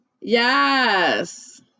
Yes